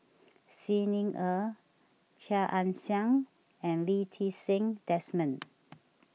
Xi Ni Er Chia Ann Siang and Lee Ti Seng Desmond